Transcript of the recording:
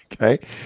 Okay